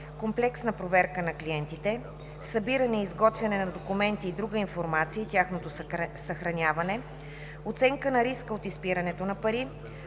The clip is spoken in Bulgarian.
Комплексна проверка на клиентите. 2. Събиране и изготвяне на документи и друга информация и тяхното съхраняване. 3. Оценка на риска от изпиране на пари.